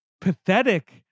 pathetic